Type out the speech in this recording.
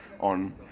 on